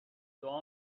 دعا